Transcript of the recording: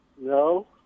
No